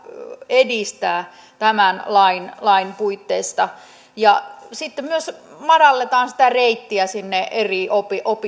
edistää tämän lain lain puitteissa sitten myös madalletaan sitä reittiä sinne eri